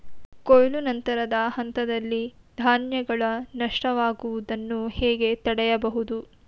ಕೊಯ್ಲು ನಂತರದ ಹಂತದಲ್ಲಿ ಧಾನ್ಯಗಳ ನಷ್ಟವಾಗುವುದನ್ನು ಹೇಗೆ ತಡೆಯಬಹುದು?